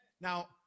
Now